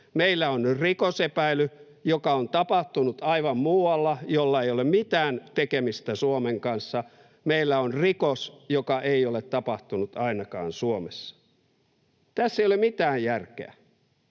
Meillä on nyt rikosepäily, joka on tapahtunut aivan muualla ja jolla ei ole mitään tekemistä Suomen kanssa. Meillä on rikos, joka ei ole tapahtunut ainakaan Suomessa. Tässä ei ole mitään järkeä.